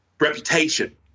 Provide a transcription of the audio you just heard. reputation